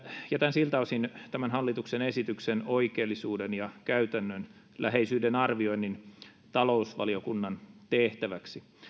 siltä osin tämän hallituksen esityksen oikeellisuuden ja käytännönläheisyyden arvioinnin talousvaliokunnan tehtäväksi